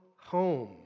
home